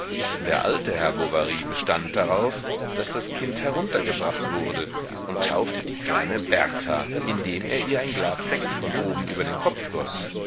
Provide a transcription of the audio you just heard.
der alte herr bovary bestand darauf daß das kind heruntergebracht wurde und taufte die kleine berta indem er ihr ein glas sekt von oben über den kopf